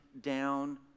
down